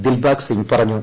ദിൽബാഗ് സിംഗ് പറഞ്ഞു